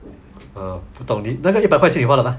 uh 不懂你那个一百块钱花了 mah